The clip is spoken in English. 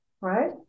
right